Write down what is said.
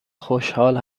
خوشحال